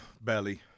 Belly